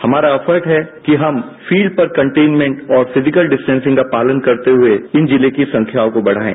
हमारा एफर्ट हैं कि हम फील्ड पर कन्टेन्मेन्ट और फिजिकल डिस्टेन्सिंग का पालन करते हुए इन जिले की संख्याओं को बढ़ायें